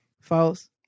False